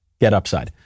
GetUpside